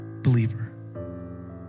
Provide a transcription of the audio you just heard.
believer